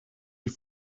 die